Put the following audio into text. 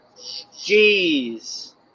Jeez